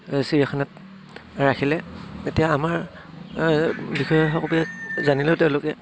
চিৰিয়াখানাত ৰাখিলে তেতিয়া আমাৰ বিষয়াসকলে জানিলেও তেওঁলোকে